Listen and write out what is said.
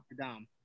Dom